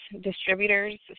distributors